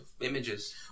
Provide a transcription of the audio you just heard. images